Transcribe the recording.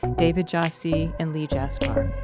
david jassy, and lee jaspar